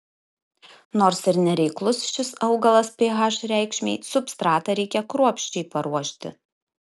nors ir nereiklus šis augalas ph reikšmei substratą reikia kruopščiai paruošti